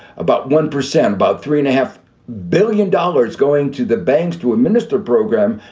about one percent, about three and a half billion dollars go into the banks to administer program.